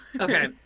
okay